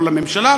לא לממשלה,